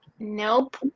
Nope